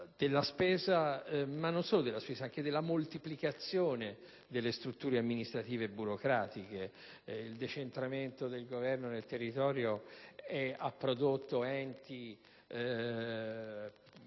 gigantesca espansione della spesa ed anche una moltiplicazione delle strutture amministrative burocratiche; il decentramento del governo nel territorio ha prodotto enti